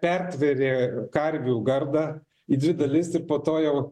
pertvėrė karvių gardą į dvi dalis ir po to jau